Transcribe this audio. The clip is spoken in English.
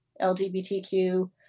LGBTQ